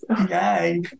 okay